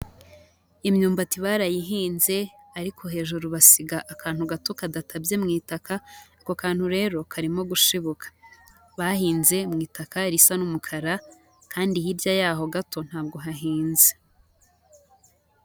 Imyumbati barayihinze ariko hejuru basiga akantu gato kadatabye mu itaka, ako kantu rero karimo gushibuka. Bahinze mu itaka risa n'umukara kandi hirya yaho gato ntabwo hahinze.